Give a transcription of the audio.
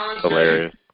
Hilarious